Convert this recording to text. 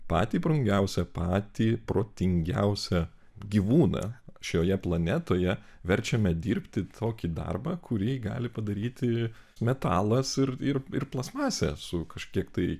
patį brangiausią patį protingiausią gyvūną šioje planetoje verčiame dirbti tokį darbą kurį gali padaryti metalas ir ir ir plastmasė su kažkiek tai